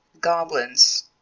goblins